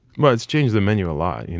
but it's changed the menu a lot. you know